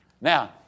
Now